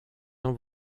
dans